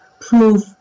proof